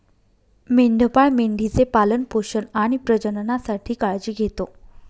मेंढपाळ मेंढी चे पालन पोषण आणि प्रजननासाठी काळजी घेतो